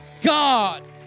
God